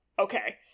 Okay